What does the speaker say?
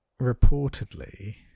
reportedly